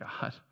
God